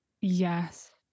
Yes